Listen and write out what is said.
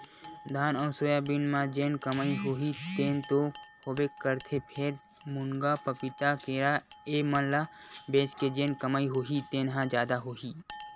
धान अउ सोयाबीन म जेन कमई होही तेन तो होबे करथे फेर, मुनगा, पपीता, केरा ए मन ल बेच के जेन कमई होही तेन ह जादा होही